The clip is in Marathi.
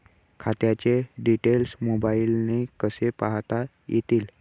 खात्याचे डिटेल्स मोबाईलने कसे पाहता येतील?